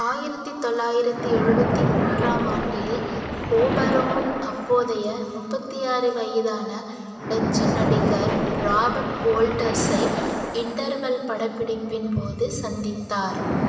ஆயிரத்தி தொள்ளாயிரத்தி எழுபத்தி மூன்றாம் ஆண்டில் ஓபரோன் அப்போதைய முப்பத்தி ஆறு வயதான டச்சு நடிகர் ராபர்ட் வோல்டர்ஸை இன்டர்வெல் படப்பிடிப்பின் போது சந்தித்தார்